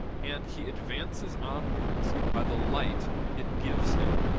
and he advances onwards by the light it gives him.